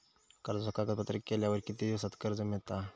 कर्जाचे कागदपत्र केल्यावर किती दिवसात कर्ज मिळता?